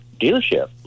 dealership